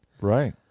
Right